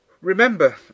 Remember